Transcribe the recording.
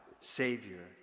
Savior